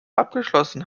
abgeschlossen